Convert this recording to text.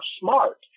smart